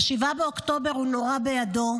ב-7 באוקטובר הוא נורה בידו,